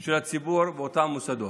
של הציבור באותם מוסדות.